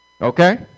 Okay